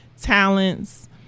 talents